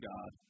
God